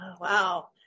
Wow